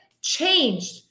changed